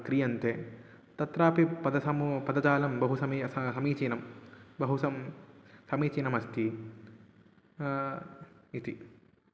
क्रियन्ते तत्रापि पदसमू पदजालं बहुसमु सा समीचानं बहुसं समीचीनमस्ति इति